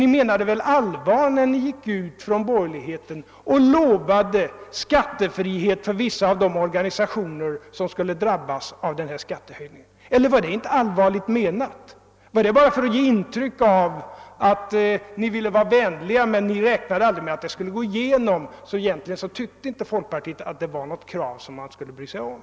Eller var det inte allvarligt menat när ni inom borgerligheten gick ut och lovade skattefrihet för vissa av de organisationer som skulle drabbas av den ifrågavarande skattehöjningen? Gjorde ni detta bara för att ge intryck av att ni ville vara vänliga — utan att räkna med att förslaget skulle gå igenom, utan att folkpartiet egentligen ansåg att detta var något krav som man skulle bry sig om?